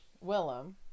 Willem